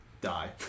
die